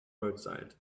roadside